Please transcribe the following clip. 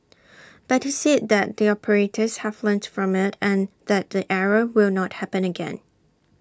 but he said that the operators have learnt from IT and that the error will not happen again